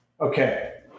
Okay